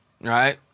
right